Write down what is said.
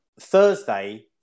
Thursday